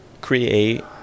create